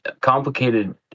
complicated